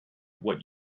what